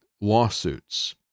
lawsuits